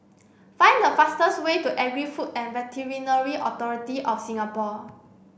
find the fastest way to Agri Food and Veterinary Authority of Singapore